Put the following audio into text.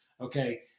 Okay